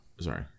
Sorry